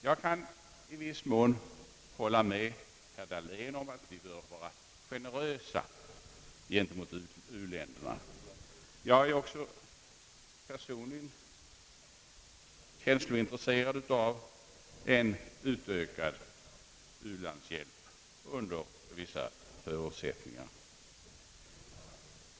Jag kan i viss mån hålla med herr Dahlén om att vi bör vara generösa gentemot u-länderna. Jag är personligen känslomässigt intresserad av en ökad u-landsbjälp under vissa förutsättningar.